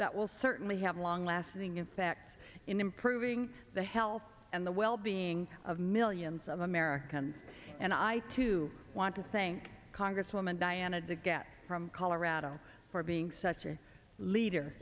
that will certainly have long lasting effects in improving the health and the wellbeing of millions of americans and i too want to thank congresswoman diana de gette from colorado for being such a leader